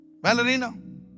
Valerina